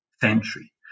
century